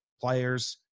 players